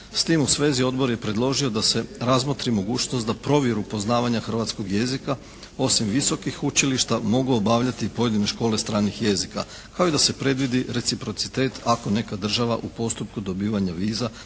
S tim u svezi odbor je predložio da se razmotri mogućnost da provjeru poznavanja hrvatskog jezika osim visokih učilišta mogu obavljati i pojedine škole stranih jezika, kao i da se predvidi reciprocitet ako neka država u postupku dobivanja viza